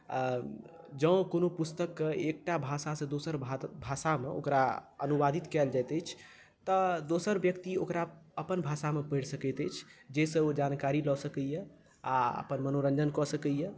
जँ कोनो पुस्तक के एकटा भाषासँ दोसर भाषा मे ओकरा अनुवादित कयल जायत अछि तऽ दोसर व्यक्ति ओकरा अपन भाषा मे पढ़ि सकैत अछि जाहिसँ ओ जानकारी लऽ सकैया आ अपन मनोरंजन कऽ सकैया